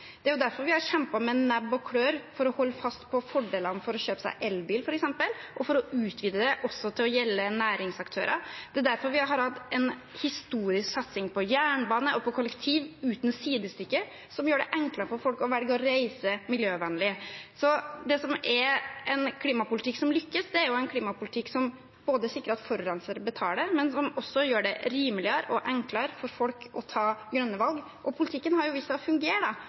Det er derfor vi har kjempet med nebb og klør for f.eks. å holde fast på fordelene ved å kjøpe seg elbil, og for å utvide det til å gjelde også næringsaktører. Det er derfor vi har hatt en historisk satsing på jernbane og på kollektiv, uten sidestykke, noe som gjør det enklere for folk å velge å reise miljøvennlig. Så det som er en klimapolitikk som lykkes, er en klimapolitikk som både sikrer at forurenser betaler, og gjør det rimeligere og enklere for folk å ta grønne valg. Og politikken har jo vist seg å fungere,